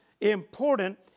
important